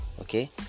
okay